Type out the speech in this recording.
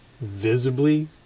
visibly